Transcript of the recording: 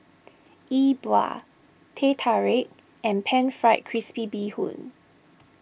E Bua Teh Tarik and Pan Fried Crispy Bee Hoon